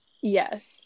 Yes